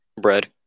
Bread